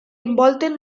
envolten